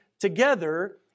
together